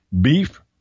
beef